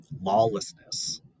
lawlessness